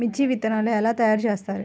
మిర్చి విత్తనాలు ఎలా తయారు చేస్తారు?